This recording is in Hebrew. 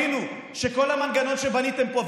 תיפגשו עם אנשים ותבינו שכל המנגנון שבניתם פה,